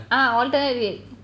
ah alternate week